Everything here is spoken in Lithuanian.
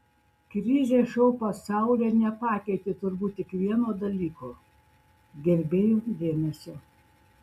krizė šou pasaulyje nepakeitė turbūt tik vieno dalyko gerbėjų dėmesio